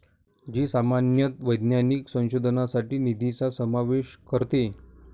जी सामान्यतः वैज्ञानिक संशोधनासाठी निधीचा समावेश करते